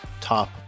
top